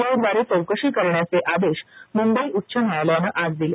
I द्वारे चौकशी करण्याचे आदेश मुंबई उच्च न्यायालयाने आज दिले